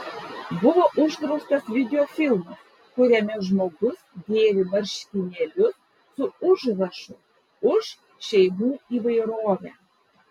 buvo uždraustas videofilmas kuriame žmogus dėvi marškinėlius su užrašu už šeimų įvairovę